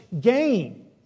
gain